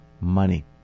money